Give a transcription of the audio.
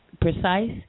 precise